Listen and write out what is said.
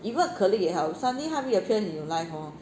if work colleague 也好 suddenly 他 reappear in 你的 life hor